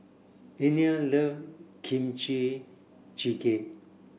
Inell love Kimchi Jjigae